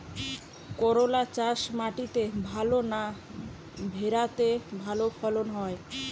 করলা চাষ মাটিতে ভালো না ভেরাতে ভালো ফলন হয়?